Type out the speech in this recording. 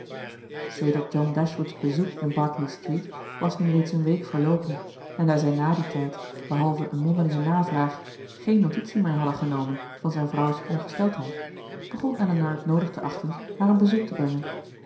bezoek in berkeley street was nu reeds een week verloopen en daar zij na dien tijd behalve een mondelinge navraag geen notitie meer hadden genomen van zijn vrouw's ongesteldheid begon elinor het noodig te achten haar een bezoek te brengen